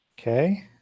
Okay